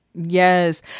Yes